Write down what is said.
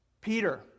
Peter